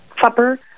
supper